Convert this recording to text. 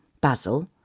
basil